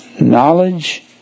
knowledge